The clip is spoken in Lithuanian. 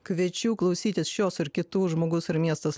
kviečiu klausytis šios ar kitų žmogus ir miestas